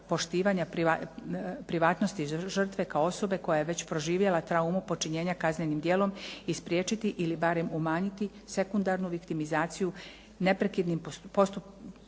poštivanja privatnosti žrtve kao osobe koja je već proživjela traumu počinjenja kaznenim djelom i spriječiti ili barem umanjiti sekundarnu viktimizaciju neprikladnim postupanjem